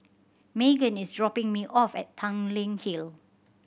Meaghan is dropping me off at Tanglin Hill